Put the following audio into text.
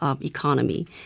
economy